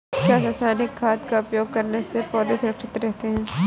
क्या रसायनिक खाद का उपयोग करने से पौधे सुरक्षित रहते हैं?